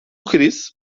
kriz